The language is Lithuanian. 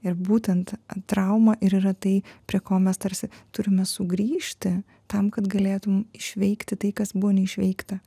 ir būtent trauma ir yra tai prie ko mes tarsi turime sugrįžti tam kad galėtum išvykti tai kas buvo neišveikta